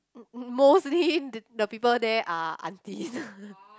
mostly the the people there are aunties